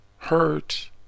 Hurt